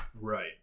Right